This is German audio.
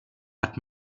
hat